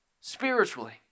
spiritually